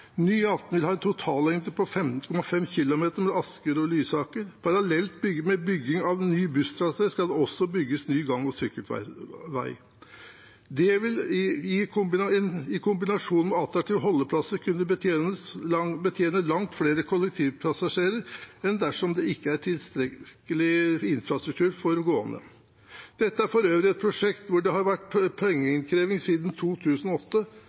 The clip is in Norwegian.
vil ha en totallengde på 15,5 km mellom Asker og Lysaker. Parallelt med bygging av ny busstrasé skal det også bygges ny gang- og sykkelvei. Dette vil i kombinasjon med attraktive holdeplasser kunne betjene langt flere kollektivpassasjerer enn dersom det ikke er tilstrekkelig infrastruktur for gående. Dette er for øvrig et prosjekt hvor det har vært pengeinnkreving siden 2008,